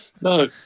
No